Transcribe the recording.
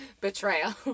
Betrayal